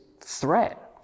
threat